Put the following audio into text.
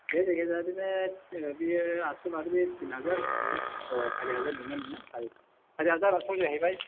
दे जायखिजाया बिदिनो बेयो आटस' लादो बैयो टिन हाजार बैयो सारिहाजार होनदों ना नोङो सारिहाजार आटस' जाहैबाय